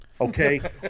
Okay